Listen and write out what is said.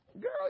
girl